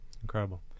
incredible